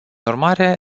urmare